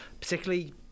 particularly